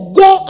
go